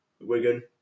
Wigan